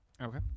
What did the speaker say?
Okay